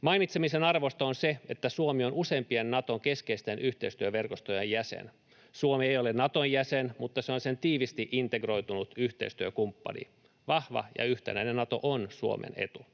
Mainitsemisen arvoista on se, että Suomi on useimpien Naton keskeisten yhteistyöverkostojen jäsen. Suomi ei ole Naton jäsen, mutta se on sen tiiviisti integroitunut yhteistyökumppani. Vahva ja yhtenäinen Nato on Suomen etu.